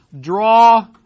draw